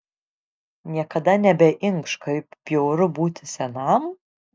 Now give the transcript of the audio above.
niekada nebeinkš kaip bjauru būti senam